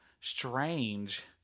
strange